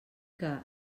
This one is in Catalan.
que